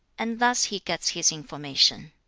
and thus he gets his information.